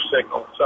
signal